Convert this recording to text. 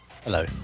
Hello